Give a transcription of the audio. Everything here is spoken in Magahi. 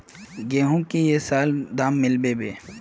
गेंहू की ये साल दाम मिलबे बे?